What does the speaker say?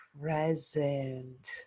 present